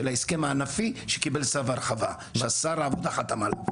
ההסכם הענפי שקיבל צו הרחבה ששר העבודה חתם עליו.